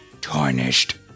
tarnished